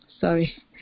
sorry